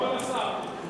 אדוני השר,